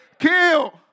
Kill